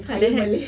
higher hac~